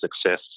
success